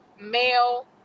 male